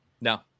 no